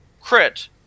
crit